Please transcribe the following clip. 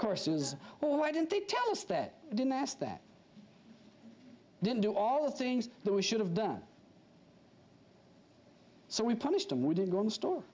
courses or why didn't they tell us that didn't ask that then do all the things that we should have done so we punish them we didn't go in the store